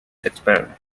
experiment